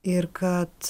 ir kad